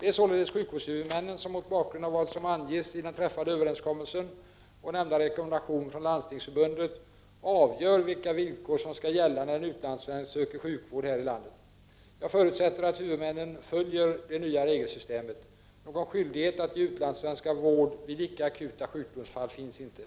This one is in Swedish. Det är således sjukvårdshuvudmännen som, mot bakgrund av vad som anges i den träffade överenskommelsen och nämnda rekommendation från landstingsförbundet, avgör vilka villkor som skall gälla när en utlandssvensk söker sjukvård här i landet. Jag förutsätter att huvudmännen följer det nya regelsystemet. Någon skyldighet att ge utlandssvenskar vård vid icke akuta sjukdomsfall finns inte.